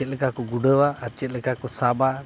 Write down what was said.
ᱪᱮᱫ ᱞᱮᱠᱟ ᱠᱚ ᱜᱩᱰᱟᱹᱣᱟ ᱟᱨ ᱪᱮᱫ ᱞᱮᱠᱟ ᱠᱚ ᱥᱟᱵᱟ